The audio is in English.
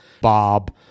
Bob